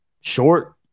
Short